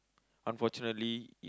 unfortunately